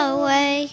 away